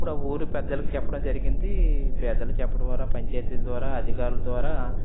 అప్పుడు ఆ ఊరు పెద్దలకి చెప్పడం జరిగింది పెద్దలు చెప్పడం వల్ల పంచాయితీల ద్వారా అధికారుల ద్వారా